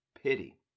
pity